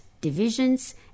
divisions